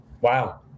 Wow